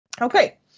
Okay